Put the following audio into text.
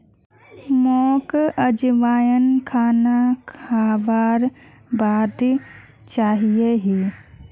मोक अजवाइन खाना खाबार बाद चाहिए ही